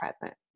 present